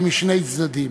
הן משני צדדים.